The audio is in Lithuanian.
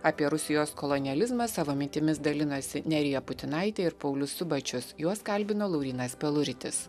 apie rusijos kolonializmą savo mintimis dalinasi nerija putinaitė ir paulius subačius juos kalbino laurynas peluritis